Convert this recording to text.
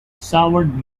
soured